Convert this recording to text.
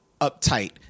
Uptight